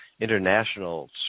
international